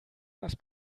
das